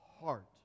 heart